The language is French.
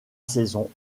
saison